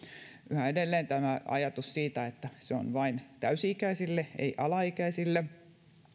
edelleen tuli tämä ajatus siitä että se on vain täysi ikäisille ei alaikäisille